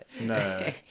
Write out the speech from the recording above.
No